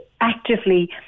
actively